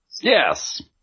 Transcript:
Yes